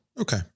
okay